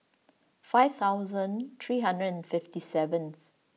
five thousand three hundred and fifty seventh